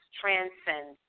transcend